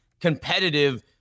competitive